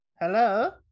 Hello